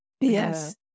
Yes